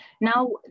Now